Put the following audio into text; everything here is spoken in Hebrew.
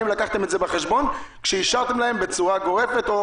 האם לקחתם את זה בחשבון כשאישרתם להם בצורה גורפת או,